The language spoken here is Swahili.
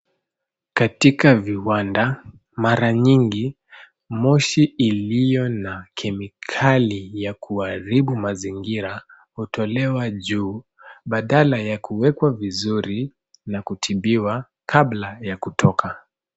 Katika viwanda mara nyingi moshi iliyo na kemikali ya kuharibu mazingira hutolewa juu badala ya kuwekwa vizuri na kutibiwa kabla ya kutoka.